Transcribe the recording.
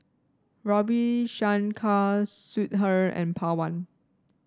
Ravi Shankar Sudhir and Pawan